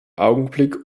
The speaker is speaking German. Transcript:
augenblick